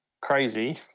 crazy